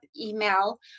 email